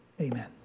amen